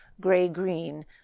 gray-green